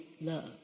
love